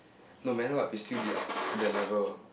no matter what we still be like the level